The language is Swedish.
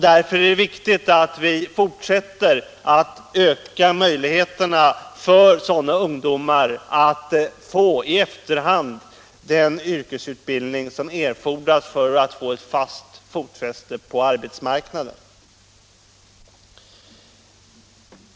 Därför är det väsentligt att vi fortsätter att öka möjligheterna för sådana ungdomar att i efterhand få den yrkesutbildning som erfordras för att de skall kunna vinna fotfäste på arbetsmarknaden.